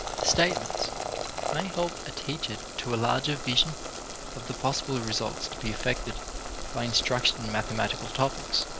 statements may help a teacher to a larger vision of the possible results to be effected by instruction in mathematical topics.